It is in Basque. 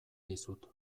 dizut